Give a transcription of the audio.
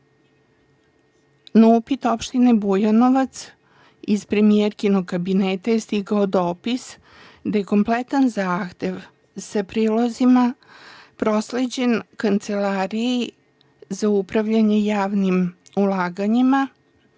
Na upit opštine Bujanovac, iz premijerkinog kabineta je stigao dopis da je kompletan zahtev sa prilozima prosleđen Kancelariji za upravljanje javnim ulaganjima